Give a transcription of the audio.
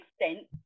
extent